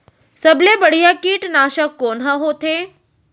सबले बढ़िया कीटनाशक कोन ह होथे?